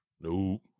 Nope